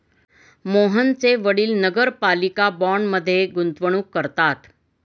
मोहनचे वडील नगरपालिका बाँडमध्ये गुंतवणूक करतात